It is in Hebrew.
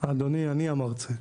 אדוני אני המרצה.